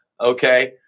Okay